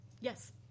Yes